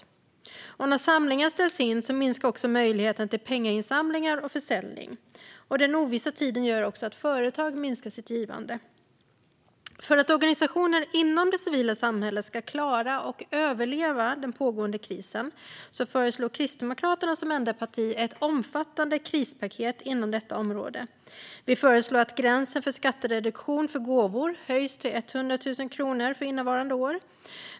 När evenemang som innebär folksamlingar ställs in minskar också möjligheten till pengainsamlingar och försäljning. Den ovissa tiden gör också att företag minskar sitt givande. För att organisationer inom det civila samhället ska klara och överleva den pågående krisen föreslår Kristdemokraterna som enda parti ett omfattande krispaket inom detta område. Vi föreslår att gränsen för skattereduktion för gåvor höjs till 100 000 kronor för innevarande år.